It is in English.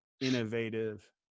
innovative